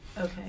Okay